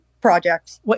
projects